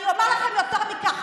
אני אומר לכם יותר מכך,